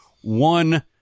one